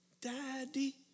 daddy